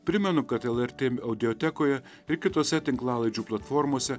primenu kad lrt audiotekoje ir kitose tinklalaidžių platformose